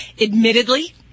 admittedly